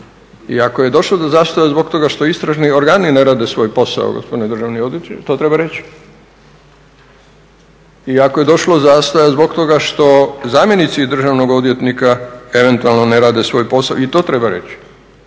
i ako je došlo do zastoja zbog toga što istražni organi ne rade svoj posao, gospodine državni odvjetniče, to treba reći. I ako je došlo do zastoja zbog toga što zamjenici državnog odvjetnika eventualno ne rade svoj posao, i to treba reći.